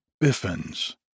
biffins